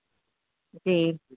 جی